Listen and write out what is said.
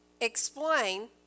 explain